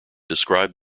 described